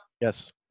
yes